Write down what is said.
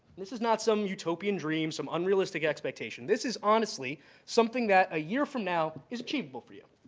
this is not some utopian dream, some unrealistic expectation this is honestly something that a year from now is achievable for you.